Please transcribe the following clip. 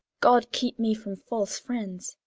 god keep me from false friends!